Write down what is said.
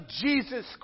Jesus